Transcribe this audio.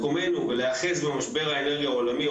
מקומנו ולהיאחז במשבר האנרגיה העולמי או